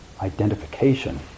identification